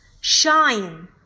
shine